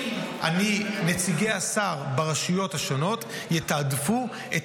נציגי השר ברשויות השונות יתעדפו את